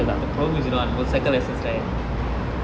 the problem is you know what motorcycle lessons right